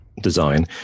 design